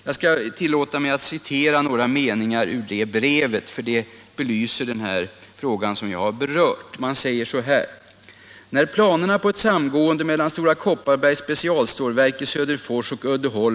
Jag tillåter mig att här citera några avsnitt ur det brevet, eftersom det belyser den fråga som jag här har berört.